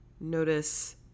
notice